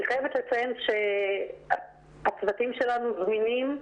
אני חייבת לציין שהצוותים שלנו זמינים,